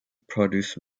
produce